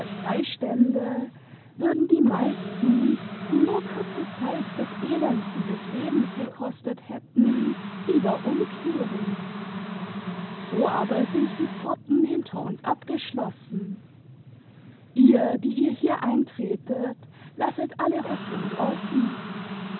freistände würden die meisten die nur kurze zeit das elend dieses lebens gekostet hätten wieder umkehren so aber sind die pforten hinter uns abgeschlossen ihr die ihr hier eintretet lasset alle hoffnung draußen